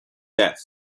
death